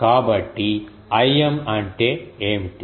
కాబట్టి Im అంటే ఏమిటి